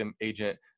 agent